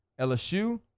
lsu